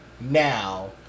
now